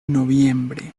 noviembre